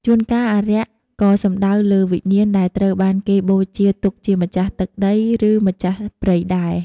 ជួនកាលអារក្សក៏សំដៅលើវិញ្ញាណដែលត្រូវបានគេបូជាទុកជាម្ចាស់ទឹកដី ឬម្ចាស់ព្រៃដែរ។